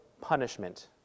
punishment